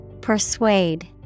Persuade